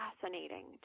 fascinating